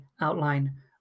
outline